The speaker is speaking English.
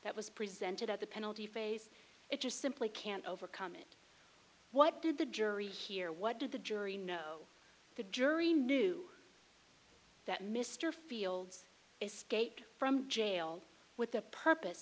that was presented at the penalty phase it just simply can't overcome it what did the jury hear what did the jury know the jury knew that mr fields escaped from jail with the purpose